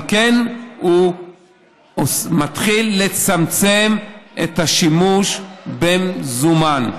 אבל הוא כן מתחיל לצמצם את השימוש במזומן.